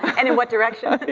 and in what direction? yeah,